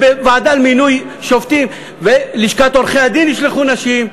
בוועדה למינוי שופטים ובלשכת עורכי-הדין ישלחו נשים.